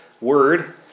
word